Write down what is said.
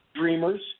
dreamers